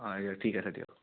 হয় হয় ঠিক আছে দিয়ক